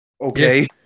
Okay